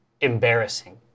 embarrassing